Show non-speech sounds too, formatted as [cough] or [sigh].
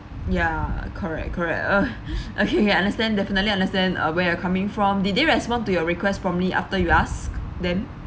ya correct correct ah [breath] okay understand definitely understand uh where you are coming from did they respond to your request promptly after you ask them